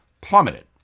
plummeted